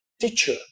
teacher